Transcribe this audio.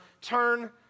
turn